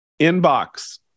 inbox